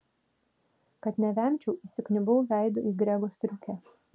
kad nevemčiau įsikniaubiau veidu į grego striukę